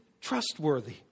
trustworthy